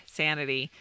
sanity